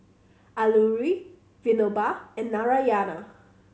Alluri Vinoba and Narayana